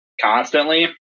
constantly